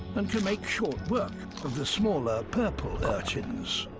and can make short work of the smaller purple urchins.